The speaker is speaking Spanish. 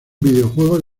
videojuego